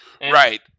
Right